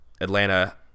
atlanta